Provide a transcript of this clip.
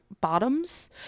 bottoms